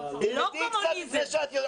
לא קומוניזם,